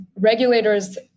regulators